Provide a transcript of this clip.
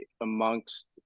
amongst